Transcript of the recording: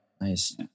nice